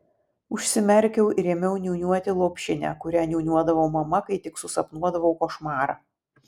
užsimerkiau ir ėmiau niūniuoti lopšinę kurią niūniuodavo mama kai tik susapnuodavau košmarą